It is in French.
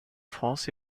france